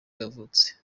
yavutse